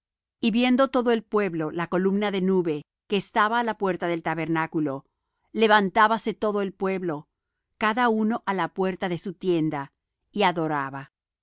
y viendo todo el pueblo la columna de nube que estaba á la puerta del tabernáculo levantábase todo el pueblo cada uno á la puerta de su tienda y adoraba